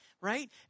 right